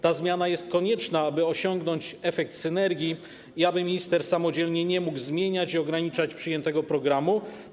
Ta zmiana jest konieczna, aby osiągnąć efekt synergii i aby minister samodzielnie nie mógł zmieniać i ograniczać przyjętego programu.